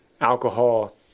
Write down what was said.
alcohol